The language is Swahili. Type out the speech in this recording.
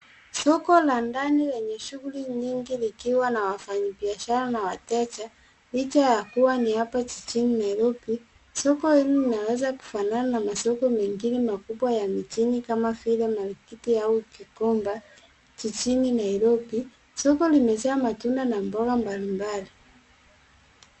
Soko la ndani lenye shughuli nyingi likiwa na wafanyi biashara na wateja licha ya kuwa ni hapa jijini Nairobi. Soko hili linaweza kufanana na masoko mengine makubwa ya mijini kama vile Marikiti au Kigonga, jijini Nairobi. Soko limejaa matunda na mboga mbalimbali.